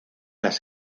las